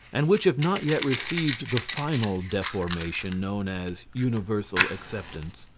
and which have not yet received the final deformation known as universal acceptance,